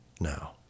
now